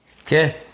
Okay